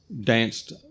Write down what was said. danced